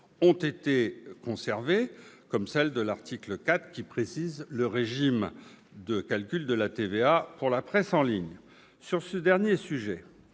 ont été conservées, comme celle qui, à l'article 4, vise à préciser le régime de calcul de la TVA pour la presse en ligne. Sur ce dernier sujet,